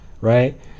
right